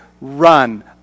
run